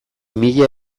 mila